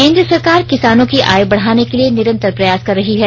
केन्द्र सरकार किसानों की आय बढ़ाने के लिए निरंतर प्रयास कर रही है